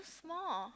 small